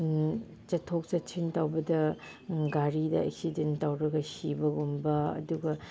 ꯆꯠꯊꯣꯛ ꯆꯠꯁꯤꯟ ꯇꯧꯕꯗ ꯒꯥꯔꯤꯗ ꯑꯦꯛꯁꯤꯗꯦꯟ ꯇꯧꯔꯒ ꯁꯤꯕꯒꯨꯝꯕ ꯑꯗꯨꯒ